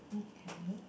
okay